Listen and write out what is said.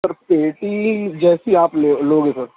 سر پیٹی جیسی آپ لیو لو گے سر